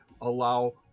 allow